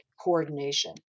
coordination